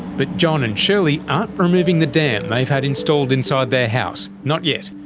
but john and shirley aren't removing the dam they've had installed inside their house, not yet.